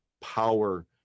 power